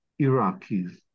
Iraqis